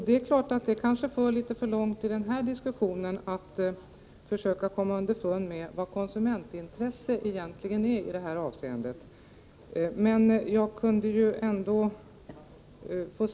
Det är klart att det kanske för litet för långt, om man i den här diskussionen skulle försöka att komma underfund med vad konsumentintresset egentligen är i det här fallet.